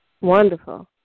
Wonderful